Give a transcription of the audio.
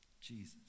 Jesus